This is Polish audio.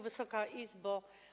Wysoka Izbo!